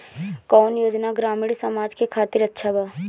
कौन योजना ग्रामीण समाज के खातिर अच्छा बा?